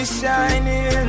shining